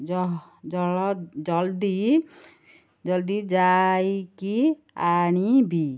ଜଳ ଜଲ୍ଦି ଜଲ୍ଦି ଯାଇକି ଆଣିବି